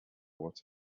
what